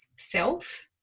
self